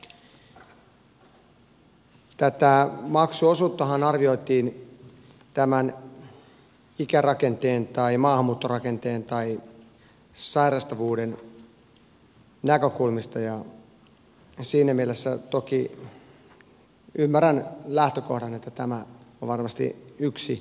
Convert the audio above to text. tätä maksuosuuttahan arvioitiin ikärakenteen ja maahanmuuttorakenteen ja sairastavuuden näkökulmista ja siinä mielessä toki ymmärrän lähtökohdan että tämä on varmasti yksi hyvä arviointiperuste